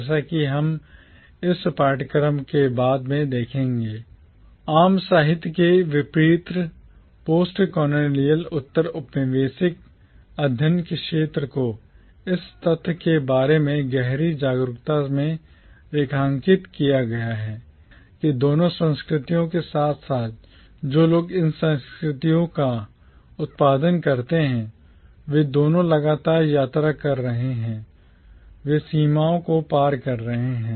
जैसा कि हम इस पाठ्यक्रम में बाद में देखेंगे आम साहित्य के विपरीतpostcolonial उत्तर औपनिवेशिक अध्ययन के क्षेत्र को इस तथ्य के बारे में गहरी जागरूकता से रेखांकित किया गया है कि दोनों संस्कृतियों के साथ साथ जो लोग इन संस्कृतियों का उत्पादन करते हैं वे दोनों लगातार यात्रा कर रहे हैं वे सीमाओं को पार कर रहे हैं